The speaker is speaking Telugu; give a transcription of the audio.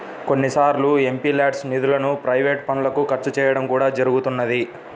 కొన్నిసార్లు ఎంపీల్యాడ్స్ నిధులను ప్రైవేట్ పనులకు ఖర్చు చేయడం కూడా జరుగుతున్నది